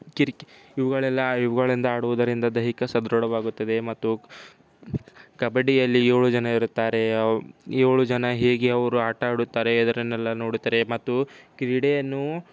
ಇವುಗಳೆಲ್ಲ ಇವುಗಳಿಂದ ಆಡೋದರಿಂದ ದೈಹಿಕ ಸದೃಢವಾಗುತ್ತದೆ ಮತ್ತು ಕಬಡ್ಡಿಯಲ್ಲಿ ಏಳು ಜನ ಇರುತ್ತಾರೆ ಏಳು ಜನ ಹೇಗೆ ಅವರು ಆಟ ಆಡುತ್ತಾರೆ ಇದರನ್ನೆಲ್ಲ ನೋಡುತ್ತಾರೆ ಮತ್ತು ಕ್ರೀಡೆಯನ್ನು